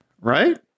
right